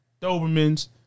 Dobermans